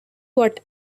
what